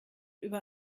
über